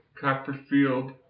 Copperfield